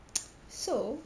so